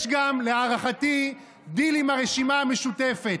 יש גם להערכתי דיל עם הרשימה המשותפת: